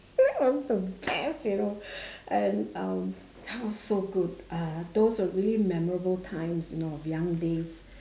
that was the best you know and um that was so good uh those were really memorable times you know of young days